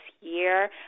year